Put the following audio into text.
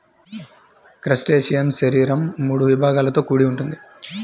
crustacean శరీరం మూడు విభాగాలతో కూడి ఉంటుంది